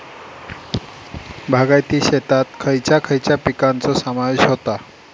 बागायती शेतात खयच्या खयच्या पिकांचो समावेश होता?